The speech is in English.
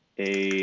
a